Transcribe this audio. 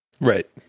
Right